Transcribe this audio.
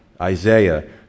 Isaiah